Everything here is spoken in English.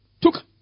took